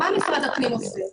מה משרד הפנים עושה?